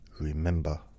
Remember